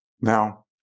now